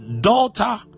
daughter